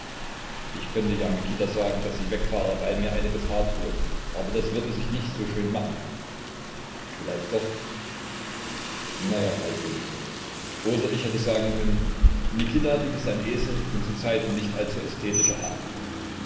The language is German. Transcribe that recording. ich könnte ja mikita sagen daß ich wegfahre weil mir eine gefahr drohe aber das würde sich nicht so schön machen vielleicht doch na ja gleichgültig oder ich hätte sagen können mikita du bist ein esel und zu zeiten nicht allzu ästhetischer herr